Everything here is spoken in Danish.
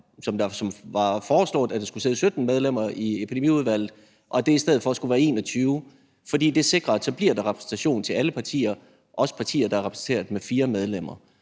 det var foreslået, at der skulle sidde 17 medlemmer i Epidemiudvalget, til, at det i stedet for skulle være 21 medlemmer, fordi det sikrer, at der bliver repræsentation af alle partier – også partier, der er repræsenteret med fire medlemmer